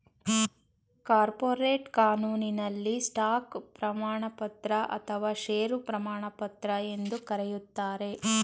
corporate ಕಾನೂನಿನಲ್ಲಿ stock ಪ್ರಮಾಣಪತ್ರ ಅಥವಾ ಶೇರು ಪ್ರಮಾಣಪತ್ರ ಎಂದು ಕರೆಯುತ್ತಾರೆ